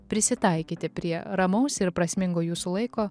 prisitaikyti prie ramaus ir prasmingo jūsų laiko